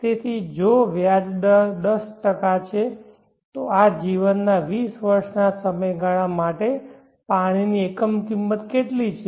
તેથી જો વ્યાજ દર 10 છે તો જીવનના 20 વર્ષના સમયગાળા માટે પાણીની એકમ કિંમત કેટલી છે